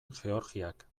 georgiak